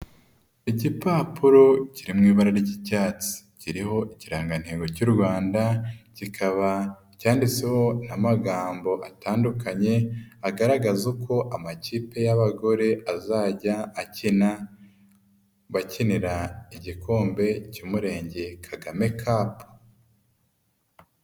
Igipapuro kiri mu ibara ry'icyatsi, kiriho ikirangantego cy'u rwanda, kikaba cyanditseho n'amagambo atandukanye, agaragaza uko amakipe y'abagore azajya akina bakinira igikombe cy'Umurengeye Kagame cup.